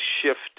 shift